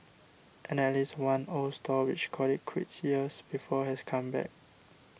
and at least one old stall which called it quits years before has come back